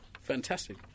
Fantastic